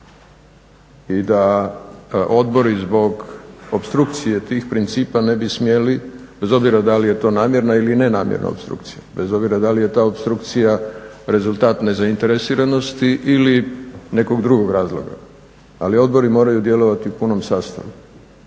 i da odbori zbog opstrukcije tih principa ne bi smjeli bez obzira da li je to namjerna ili nenamjerna opstrukcija, bez obzira da li je ta opstrukcija rezultat nezainteresiranosti ili nekog drugog razloga ali odbori moraju djelovati u punom sastavu